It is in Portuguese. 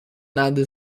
nada